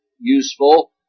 useful